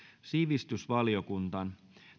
sivistysvaliokuntaan